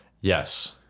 yes